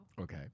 Okay